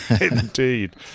Indeed